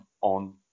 on